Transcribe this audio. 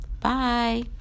Bye